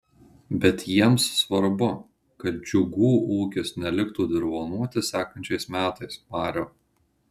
bet jiems svarbu kad džiugų ūkis neliktų dirvonuoti sekančiais metais mariau